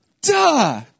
Duh